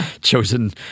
chosen